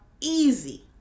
easy